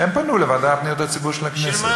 הם פנו לוועדה לפניות הציבור של הכנסת.